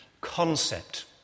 concept